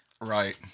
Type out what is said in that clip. right